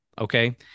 okay